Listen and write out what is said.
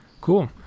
cool